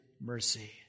mercy